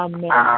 Amen